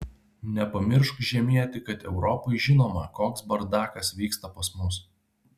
nepamiršk žemieti kad europai žinoma koks bardakas vyksta pas mus